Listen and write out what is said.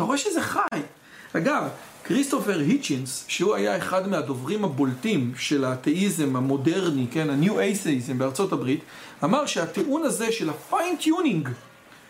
אתה רואה שזה חי אגב, כריסטופר היצ'נס שהוא היה אחד מהדוברים הבולטים של האתאיזם המודרני כן, ה-New Atheism בארצות הברית אמר שהטיעון הזה של ה-Fine Tuning